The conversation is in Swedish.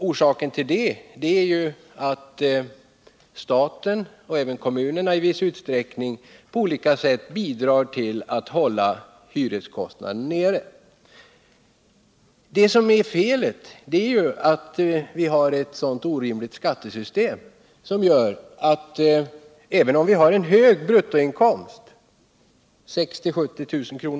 Orsaken till det är ju att staten eller kommunerna i viss utsträckning på olika sätt bidrar till att hålla hyreskostnaderna nere. Det som är felet är ju att vi har ett så orimligt skattesystem, att även om vi har en hög bruttoinkomst — 60 000-70 000 kr.